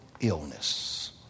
illness